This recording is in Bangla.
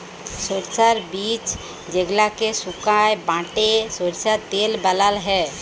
সরষার বীজ যেগলাকে সুকাই বাঁটে সরষার তেল বালাল হ্যয়